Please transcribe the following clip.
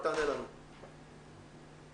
רק תענה לנו על הקשישים.